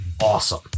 awesome